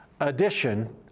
edition